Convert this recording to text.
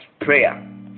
Prayer